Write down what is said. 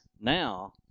now